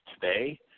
today